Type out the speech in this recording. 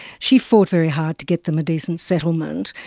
she fought very hard to get them a decent settlement.